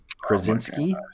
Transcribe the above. krasinski